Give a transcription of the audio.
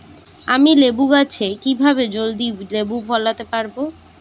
আমি লেবু গাছে কিভাবে জলদি লেবু ফলাতে পরাবো?